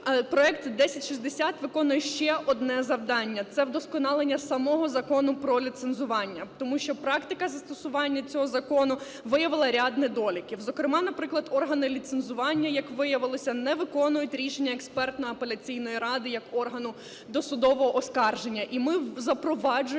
проект 1060 виконує ще одне завдання – це вдосконалення самого Закону про ліцензування. Тому що практика застосування цього закону виявила ряд недоліків. Зокрема, наприклад, органи ліцензування, як виявилося, не виконують рішення Експертно-апеляційної ради як органу досудового оскарження.